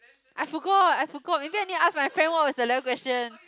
I forgot I forgot maybe I need to ask my friend what was the level question